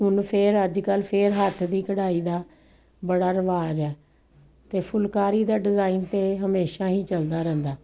ਹੁਣ ਫਿਰ ਅੱਜ ਕੱਲ੍ਹ ਫਿਰ ਹੱਥ ਦੀ ਕਢਾਈ ਦਾ ਬੜਾ ਰਿਵਾਜ਼ ਹੈ ਅਤੇ ਫੁਲਕਾਰੀ ਦਾ ਡਿਜ਼ਾਇਨ ਤਾਂ ਹਮੇਸ਼ਾ ਹੀ ਚੱਲਦਾ ਰਹਿੰਦਾ